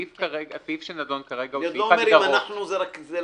הסעיף שנדון כרגע הוא סעיף ההגדרות.